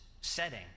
setting